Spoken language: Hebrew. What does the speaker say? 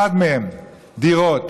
אחד מהם: דירות.